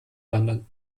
wandern